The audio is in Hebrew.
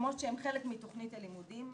למקומות שהם חלק מתכנית הלימודים.